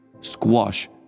squash